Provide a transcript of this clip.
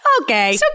Okay